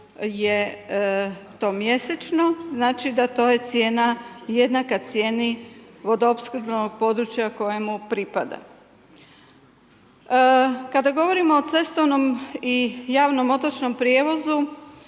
je to mjesečno. Znači da to je cijena jednaka cijeni vodoopskrbnog područja kojemu pripada. Kada govorimo o cestovnom i javno otočnom prijevozu,